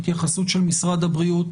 התייחסות של משרד הבריאות